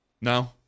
No